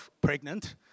pregnant